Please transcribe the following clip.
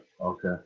Okay